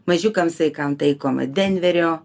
mažiukams jei kam taikoma denverio